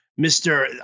Mr